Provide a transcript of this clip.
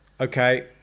Okay